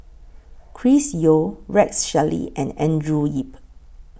Chris Yeo Rex Shelley and Andrew Yip